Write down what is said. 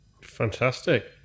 Fantastic